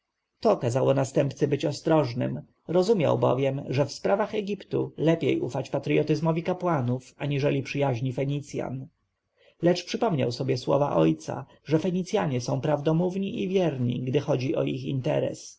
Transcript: kazało następcy być ostrożnym rozumiał bowiem że w sprawach egiptu lepiej ufać patrjotyzmowi kapłanów aniżeli przyjaźni fenicjan lecz przypomniał sobie słowa ojca że fenicjanie są prawdomówni i wierni gdy chodzi o ich interes